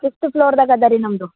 fifth ಫ್ಲೋರ್ದಾಗ ಅದ ರೀ ನಮ್ಮದು